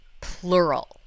plural